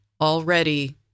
already